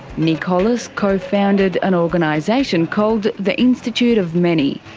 nic holas co-founded an organisation called the institute of many.